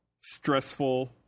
stressful